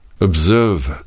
Observe